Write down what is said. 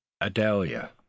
Adelia